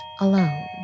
alone